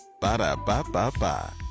Ba-da-ba-ba-ba